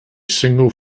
single